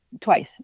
twice